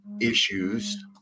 issues